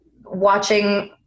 watching